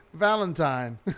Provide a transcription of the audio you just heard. Valentine